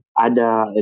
ADA